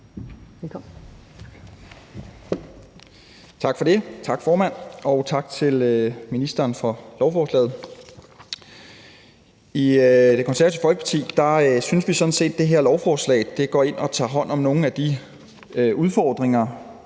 (KF): Tak, formand, og tak til ministeren for lovforslaget. I Det Konservative Folkeparti synes vi sådan set, at det her lovforslag går ind og tager hånd om nogle af de udfordringer